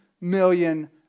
million